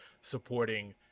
supporting